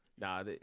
Nah